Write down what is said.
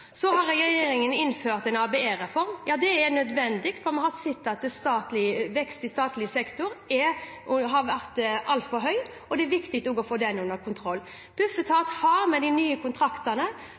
har innført en ABE-reform. Ja, det er nødvendig, for vi har sett at veksten i statlig sektor har vært altfor høy, og det er viktig å få den under kontroll. Bufetat har, med de nye kontraktene,